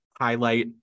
highlight